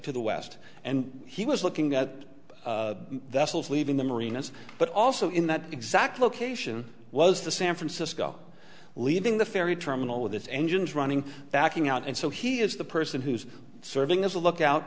to the west and he was looking at leaving the marinas but also in that exact location was the san francisco leaving the ferry terminal with its engines running backing out and so he is the person who's serving as a lookout